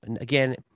again